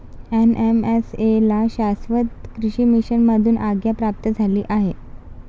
NMSA ला शाश्वत कृषी मिशन मधून आज्ञा प्राप्त झाली आहे